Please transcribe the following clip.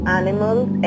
animals